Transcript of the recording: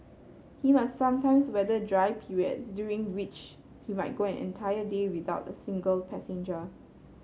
he must sometimes weather dry periods during which he might go an entire day without a single passenger